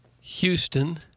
Houston